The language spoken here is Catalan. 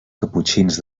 caputxins